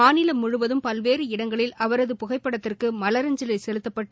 மாநிலம் முழுவதம் பல்வேறு இடங்களில் அவரது புகைப்படத்திற்குமவரஞ்சலிசெலுத்தப்பட்டு